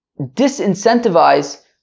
disincentivize